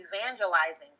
evangelizing